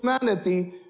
humanity